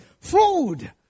food